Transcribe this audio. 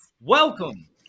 Welcome